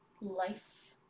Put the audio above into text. life